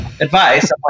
advice